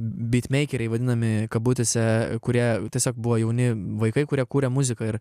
bitmeikeriai vadinami kabutėse kurie tiesiog buvo jauni vaikai kurie kuria muziką ir